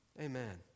Amen